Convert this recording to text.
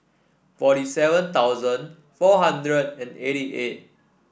forty seven thousand four hundred and eighty eight